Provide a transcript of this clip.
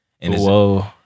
Whoa